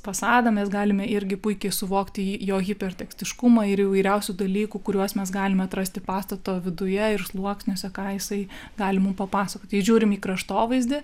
fasadą mes galime irgi puikiai suvokti jo hipertekstiškumą ir įvairiausių dalykų kuriuos mes galime atrasti pastato viduje ir sluoksniuose ką jisai gali mum papasakoti ir žiūrim į kraštovaizdį